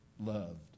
Loved